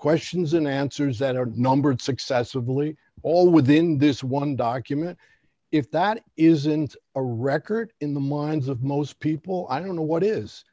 questions and answers that are numbered successively all within this one document if that isn't a record in the minds of most people i don't know what is